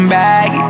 back